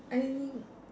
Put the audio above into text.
I